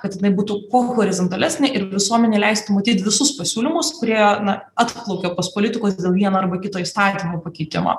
kad jinai būtų kuo horizontalesnė ir visuomenei leistų matyt visus pasiūlymus kurie na atplaukia pas politikus dėl vieno arba kito įstatymo pakeitimo